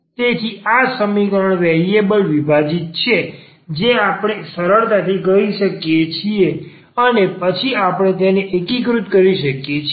તેથી આ સમીકરણ વેરિએબલ વિભાજીત છે જે આપણે સરળતાથી કરી શકીએ છીએ અને પછી આપણે તેને એકીકૃત કરી શકીએ છીએ